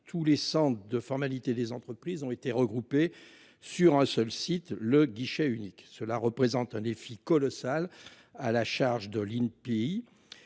tous les centres de formalités des entreprises ont été regroupés sur un seul site, le guichet unique. Cela représente un défi colossal à la charge de l'INPI